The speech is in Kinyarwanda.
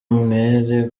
umwere